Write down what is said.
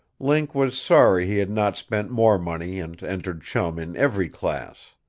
link was sorry he had not spent more money and entered chum in every class.